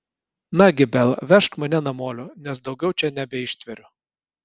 nagi bela vežk mane namolio nes daugiau čia nebeištveriu